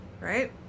right